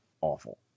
awful